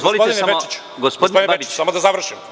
Gospodine Bečiću, samo da završim…